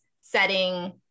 setting